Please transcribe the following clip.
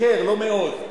הוא איחר, לא מאוד.